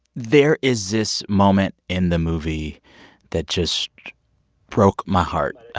there is this moment in the movie that just broke my heart.